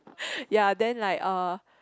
ya then like err